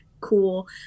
cool